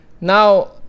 Now